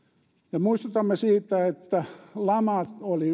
ja muistutamme siitä että kun yhdeksänkymmentä luvulla oli